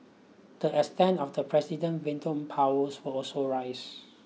the extent of the president veto powers was also rise